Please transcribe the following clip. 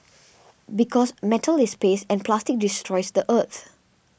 because metal is and plastic destroys the earth